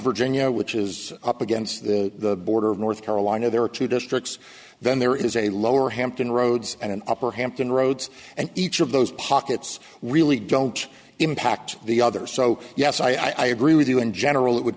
virginia which is up against the border of north carolina there are two districts then there is a lower hampton roads and an upper hampton roads and each of those pockets really don't impact the other so yes i agree with you in general that would